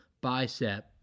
bicep